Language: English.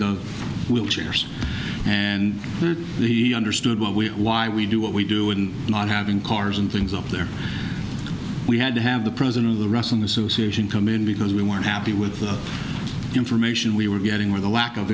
the wheelchairs and the understood why we why we do what we do and not having cars and things up there we had to have the president of the restaurant association come in because we weren't happy with the information we were getting or the lack of